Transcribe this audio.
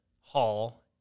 hall